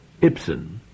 Ibsen